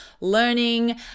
learning